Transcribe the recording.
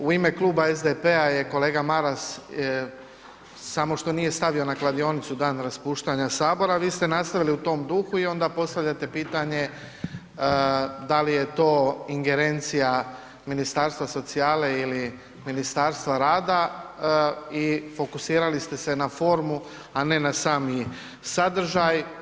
U ime Kluba SDP-a je kolega Maras samo što nije stavio na kladionicu dan raspuštanja sabora, vi ste nastavili u tom duhu i onda postavljate pitanje da li je to ingerencija Ministarstva socijale ili Ministarstva rada i fokusirali ste se na formu, a ne na sami sadržaj.